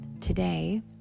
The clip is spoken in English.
Today